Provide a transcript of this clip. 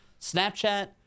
Snapchat